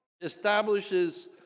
establishes